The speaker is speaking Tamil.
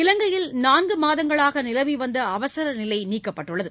இவங்கையில் நான்கு மாதங்களாக நிலவி வந்த அவசர நிலை நீக்கப்பட்டுள்ளது